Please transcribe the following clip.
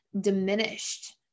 diminished